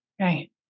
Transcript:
right